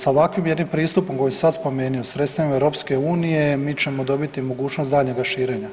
Sa ovakvim jednim pristupom koji sam sad spomenio sredstvima EU mi ćemo dobiti mogućnost daljnjega širenja.